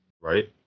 Right